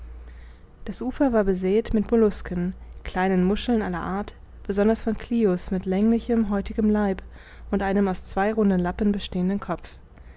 das ufer war besäet mit mollusken kleinen muscheln aller art besonders von clio's mit länglichem häutigem leib und einem aus zwei runden lappen bestehenden kopf